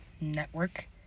network